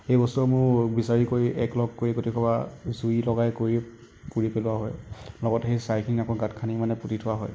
সেই বস্তুবোৰ মোৰ বিচাৰি কৰি একলগ কৰি গোটেইসোপা জুই লগাই কৰি পুৰি পেলোৱা হয় লগতে সেই ছাঁইখিনি আকৌ গাঁত খান্দি মানে পুতি থোৱা হয়